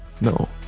No